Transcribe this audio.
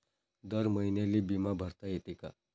दर महिन्याले बिमा भरता येते का?